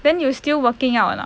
then you still working out or not